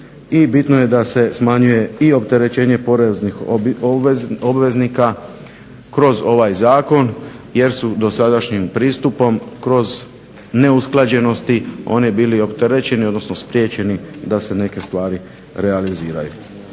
bitno je da se smanjuje i opterećenje poreznih obveznika kroz ovaj zakon jer su dosadašnjim pristupom kroz neusklađenosti oni bili opterećeni odnosno spriječeni da se neke stvari realiziraju.